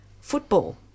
football